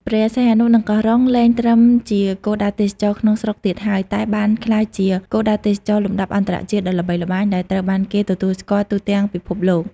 ព្រះសីហនុ និងកោះរ៉ុង លែងត្រឹមជាគោលដៅទេសចរណ៍ក្នុងស្រុកទៀតហើយ តែបានក្លាយជា គោលដៅទេសចរណ៍លំដាប់អន្តរជាតិ ដ៏ល្បីល្បាញ ដែលត្រូវបានគេទទួលស្គាល់ទូទាំងពិភពលោក។